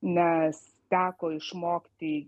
nes teko išmokti